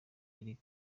ziri